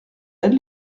elle